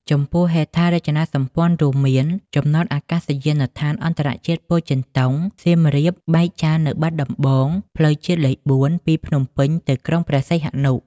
ចំពោះហេដ្ឋារចនាសម្ព័ន្ធរួមមាន ចំណតអាកាសយានដ្ឋានអន្តរជាតិពោធិចិនតុង, សៀមរាប, បែកចាន នៅបាត់ដំបង, ផ្លូវជាតិលេខ៤ ពីភ្នំពេញ ទៅក្រុងព្រះសីហនុ។